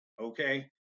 Okay